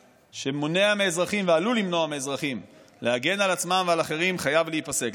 שמונע ועלול למנוע מאזרחים להגן על עצמם ועל אחרים חייב להיפסק.